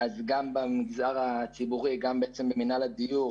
גם במגזר הציבורי ובמינהל הדיור